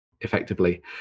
effectively